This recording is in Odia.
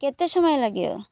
କେତେ ସମୟ ଲାଗିବ